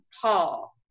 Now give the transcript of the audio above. Paul